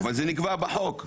זה נקבע בחוק.